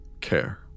care